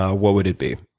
ah what would it be?